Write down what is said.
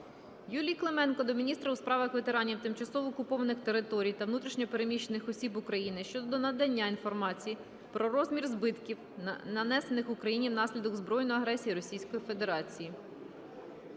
Юлії Клименко до міністра у справах ветеранів, тимчасово окупованих територій та внутрішньо переміщених осіб України щодо надання інформації про розмір збитків, нанесених Україні внаслідок збройної агресії Російської Федерації.